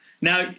Now